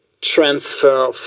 transfer